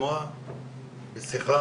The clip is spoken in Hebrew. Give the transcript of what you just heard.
לשמוע בשיחה